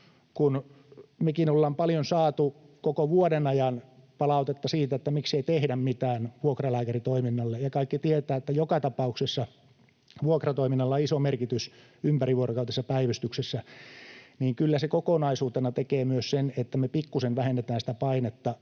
Kun mekin ollaan paljon saatu koko vuoden ajan palautetta siitä, että miksei tehdä mitään vuokralääkäritoiminnalle, ja kaikki tietävät, että joka tapauksessa vuokratoiminnalla iso merkitys ympärivuorokautisessa päivystyksessä, niin kyllä se kokonaisuutena tekee myös sen, että me pikkuisen vähennetään sitä painetta